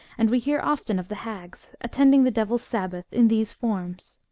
and we hear often of the hags attending the devil's sabbath in these forms.